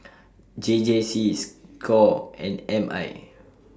J J C SCORE and M I